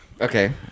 Okay